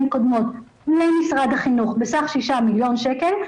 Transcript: קודמות מול משרד החינוך בסך 6 מיליון שקל,